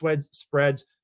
spreads